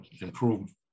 improve